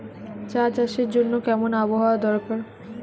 চা চাষের জন্য কেমন আবহাওয়া দরকার?